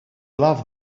love